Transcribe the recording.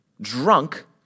drunk